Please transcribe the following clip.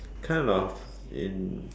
kind of in